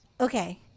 Okay